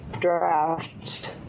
draft